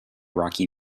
rocky